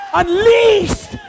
unleashed